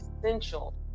essential